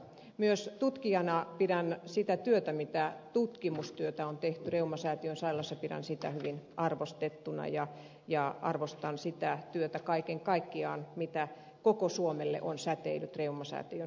myös tutkijana pidän sitä työtä mitä tutkimustyötä on tehty reumasäätiön sairaalassa hyvin arvostettuna ja arvostan sitä työtä kaiken kaikkiaan mitä koko suomelle on säteillyt reumasäätiön sairaalasta